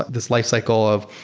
this lifecycle of,